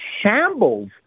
shambles